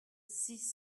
six